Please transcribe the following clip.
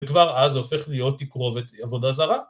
וכבר אז זה הופך להיות תקרובת עבודה זרה.